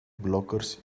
blockers